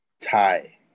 Tie